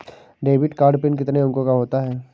Debit card pin कितने अंकों का होता है?